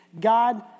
God